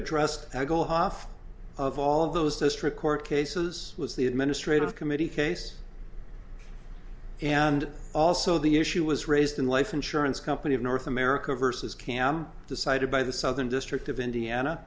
addressed i go off of all those district court cases was the administrative committee case and also the issue was raised in life insurance company of north america versus cam decided by the southern district of indiana